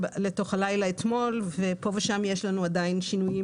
פה ושם יש לנו עדיין שינויים.